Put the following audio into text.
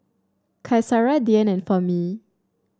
Qaisara Dian and Fahmi